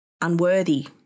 unworthy